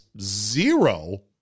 Zero